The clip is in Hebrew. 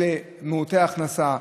אלה מעוטי ההכנסה,